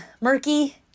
murky